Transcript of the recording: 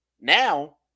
now